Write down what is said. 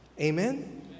Amen